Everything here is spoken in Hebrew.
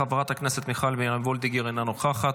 חברת הכנסת מיכל מרים וולדיגר, אינה נוכחת.